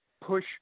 push